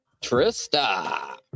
trista